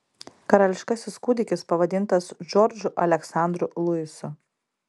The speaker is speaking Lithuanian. karališkasis kūdikis pavadintas džordžu aleksandru luisu